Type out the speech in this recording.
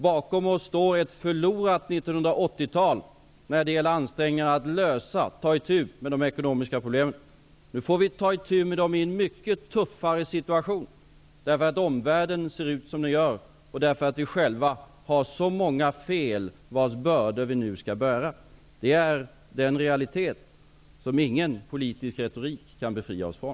Bakom oss står ett förlorat 1980-tal när det gäller ansträngningarna att lösa och ta itu med de ekonomiska problemen. Nu får vi ta itu med dem i en mycket tuffare situation, därför att omvärlden ser ut som den gör och därför att vi själva har gjort så många fel. Av den anledningen får vi nu bära bördorna av detta. Det är den realitet som ingen politisk retorik kan befria oss från.